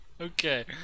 Okay